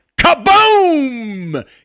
kaboom